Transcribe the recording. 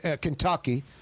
Kentucky